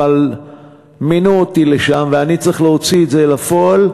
אבל מינו אותי לשם ואני צריך להוציא את זה לפועל.